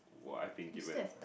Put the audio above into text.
what I've been given